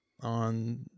on